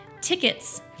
Tickets